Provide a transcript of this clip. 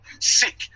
sick